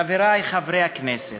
חברי חברי הכנסת,